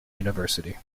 university